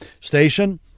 station